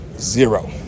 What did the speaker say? Zero